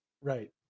Right